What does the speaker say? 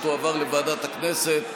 היא תועבר לוועדת הכנסת,